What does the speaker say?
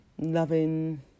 loving